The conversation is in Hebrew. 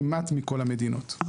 כמעט מכל המדינות.